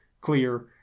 clear